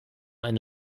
eine